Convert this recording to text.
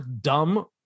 dumb